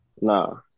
No